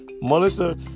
Melissa